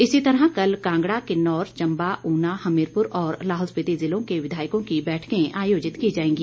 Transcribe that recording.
इसी तरह कल कांगड़ा किन्नौर चम्बा ऊना हमीरपुर और लाहौल स्पीति जिलों के विधायकों की बैठक आयोजित की जाएगी